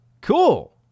Cool